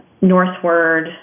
northward